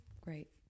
Great